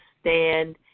stand